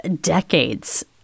decades